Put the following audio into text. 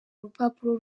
urupapuro